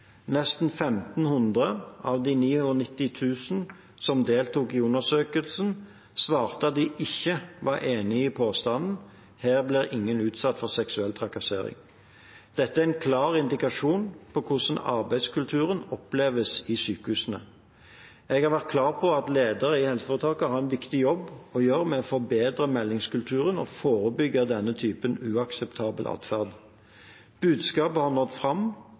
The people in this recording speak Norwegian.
Nesten 1 500 av de 99 000 som deltok i undersøkelsen, svarte at de ikke var enig i påstanden «Her blir ingen utsatt for seksuell trakassering». Dette er en klar indikasjon på hvordan arbeidskulturen oppleves i sykehusene. Jeg har vært klar på at lederne i helseforetakene har en viktig jobb å gjøre med å forbedre meldingskulturen og forebygge denne typen uakseptabel atferd. Budskapet har nådd fram,